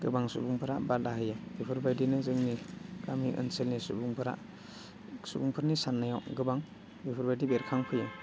गोबां सुबुंफोरा बादा होयो बेफोरबायदिनो जोंनि गामि ओनसोलनि सुबुंफोरा सुबुंफोरनि साननायाव गोबां बेफोरबायदि बेरखांफैयो